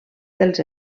dels